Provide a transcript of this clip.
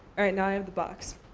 all right. now i have the box.